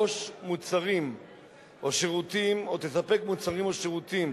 תרכוש מוצרים או שירותים או תספק מוצרים או שירותים